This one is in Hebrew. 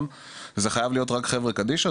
האם מדובר ברישיון שניתן רק לחברה קדישא,